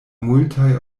multaj